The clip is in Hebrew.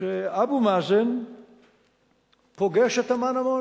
שאבו מאזן פוגש את אמנה מונא,